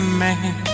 man